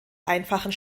einfachen